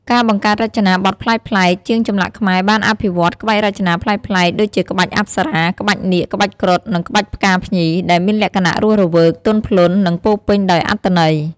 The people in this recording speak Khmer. ការបង្កើតរចនាបថប្លែកៗ ជាងចម្លាក់ខ្មែរបានអភិវឌ្ឍក្បាច់រចនាប្លែកៗ ដូចជាក្បាច់អប្សរា ក្បាច់នាគ ក្បាច់គ្រុឌ និងក្បាច់ផ្កាភ្ញី ដែលមានលក្ខណៈរស់រវើក ទន់ភ្លន់ និងពោរពេញដោយអត្ថន័យ។